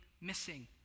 missing